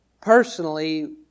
personally